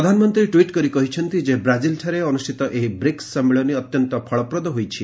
ପ୍ରଧାନମନ୍ତ୍ରୀ ଟ୍ୱିଟ୍ କରି କହିଛନ୍ତି ଯେ ବ୍ରାଜିଲ୍ଠାରେ ଅନୁଷ୍ଠିତ ଏହି ବ୍ରିକ୍ ସମ୍ମିଳନୀ ଅତ୍ୟନ୍ତ ଫଳପ୍ରଦ ହୋଇଛି